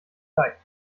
leicht